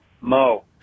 Mo